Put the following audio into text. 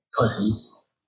pussies